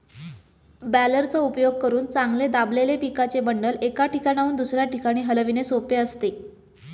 बॅलरचा उपयोग करून चांगले दाबलेले पिकाचे बंडल, एका ठिकाणाहून दुसऱ्या ठिकाणी हलविणे सोपे असते